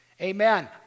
Amen